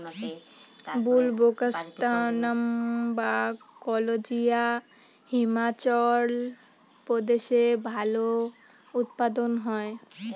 বুলবোকাস্ট্যানাম বা কালোজিরা হিমাচল প্রদেশে ভালো উৎপাদন হয়